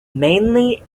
mainly